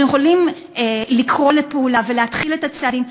אנחנו יכולים לקרוא לפעולה ולהתחיל את הצעדים,